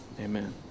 Amen